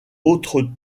autres